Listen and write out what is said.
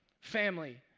family